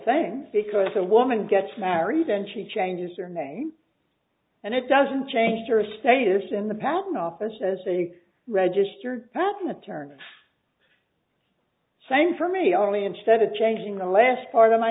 things because a woman gets married and she changes her name and it doesn't change her status in the patent office as a registered patent attorney saying for me only instead of changing the last part of my